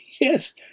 yes